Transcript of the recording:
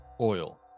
oil